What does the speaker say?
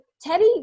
Teddy